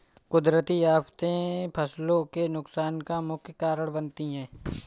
कुदरती आफतें फसलों के नुकसान का मुख्य कारण बनती है